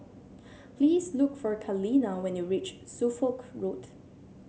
please look for Kaleena when you reach Suffolk Road